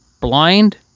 blind